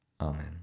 Amen